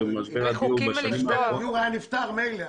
הדיור --- רחוקים מלפתור.